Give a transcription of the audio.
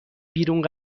بیرون